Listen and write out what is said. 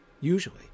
Usually